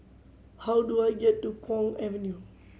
how do I get to Kwong Avenue